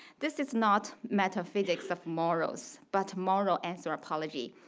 this is not metaphysics of morals, but moral anthropology,